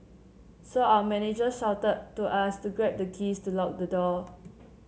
so our manager shouted to us to grab the keys to lock the door